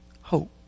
hope